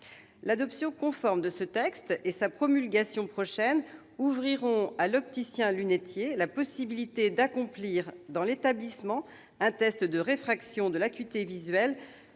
L'adoption conforme de ce texte et sa promulgation prochaine ouvriront à l'opticien-lunetier la possibilité d'accomplir dans l'établissement un test de réfraction de l'acuité visuelle